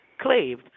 claved